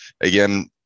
again